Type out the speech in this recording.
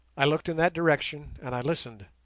i looked in that direction and i listened,